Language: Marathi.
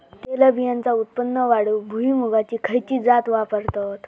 तेलबियांचा उत्पन्न वाढवूक भुईमूगाची खयची जात वापरतत?